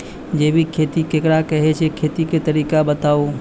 जैबिक खेती केकरा कहैत छै, खेतीक तरीका बताऊ?